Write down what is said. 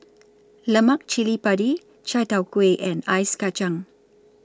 Lemak Cili Padi Chai Tow Kuay and Ice Kachang